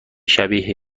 شبیه